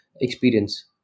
experience